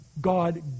God